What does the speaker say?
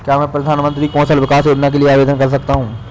क्या मैं प्रधानमंत्री कौशल विकास योजना के लिए आवेदन कर सकता हूँ?